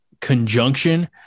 conjunction